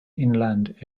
inland